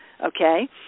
okay